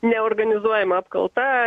neorganizuojama apkalta